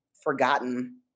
forgotten